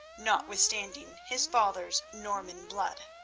notwithstanding his father's norman blood.